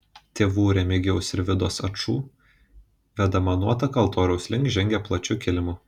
tėvų remigijaus ir vidos ačų vedama nuotaka altoriaus link žengė plačiu kilimu